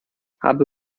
habe